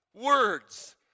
words